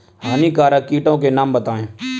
हानिकारक कीटों के नाम बताएँ?